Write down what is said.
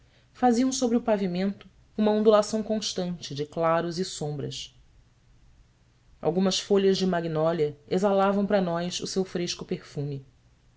faziam sobre o pavimento uma ondulação constante de claros e sombras algumas flores de magnólia exalavam para nós o seu fresco perfume